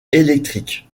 électrique